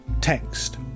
text